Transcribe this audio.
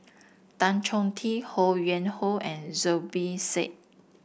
Tan Choh Tee Ho Yuen Hoe and Zubir Said